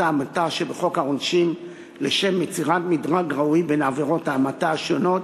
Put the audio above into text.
ההמתה שבחוק העונשין לשם יצירת מדרג ראוי בין עבירות ההמתה השונות.